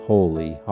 Holy